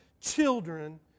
children